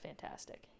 fantastic